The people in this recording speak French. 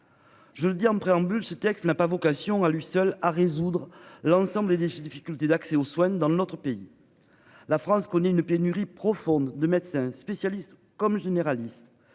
Je le dis en préambule ce texte n'a pas vocation à lui seul à résoudre l'ensemble des déchets, difficultés d'accès aux soins dans notre pays. La France connaît une pénurie profonde de médecins spécialistes comme généraliste